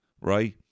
right